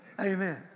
Amen